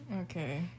okay